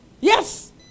yes